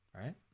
right